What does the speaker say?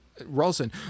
Ralston